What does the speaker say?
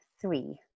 three